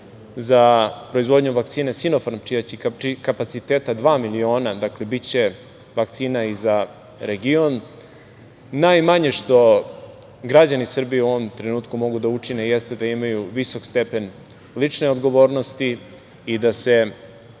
za proizvodnju vakcine Sinofarm, kapaciteta dva miliona, dakle biće vakcina i za region, najmanje što građani Srbije u ovom trenutku mogu da učine jeste da imaju visok stepen lične odgovornosti i da se